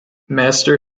master